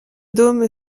dôme